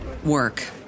Work